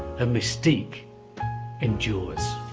her mystique endures